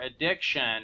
addiction